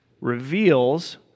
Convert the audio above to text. reveals